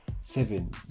seven